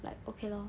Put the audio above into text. like okay lor